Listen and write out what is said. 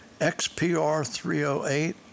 XPR-308